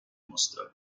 musste